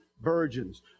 virgins